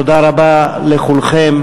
תודה רבה לכולכם